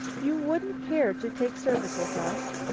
you wouldn't care to take service with us?